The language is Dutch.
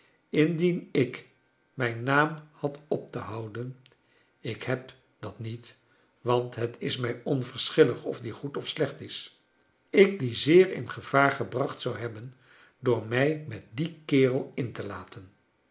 indien ik mrjn naam had op te houden ik heb dat niet want het is mij onverschillig of die goe of slecht is ik dien zeer in gevaar gebracht zou hebben door mij met dien kerel in te laten